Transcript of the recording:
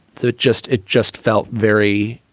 so it just it just felt very,